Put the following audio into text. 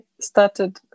started